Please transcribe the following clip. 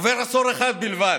עובר עשור אחד בלבד.